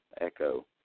echo